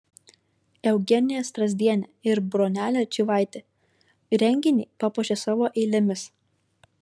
eugenija strazdienė ir bronelė čyvaitė renginį papuošė savo eilėmis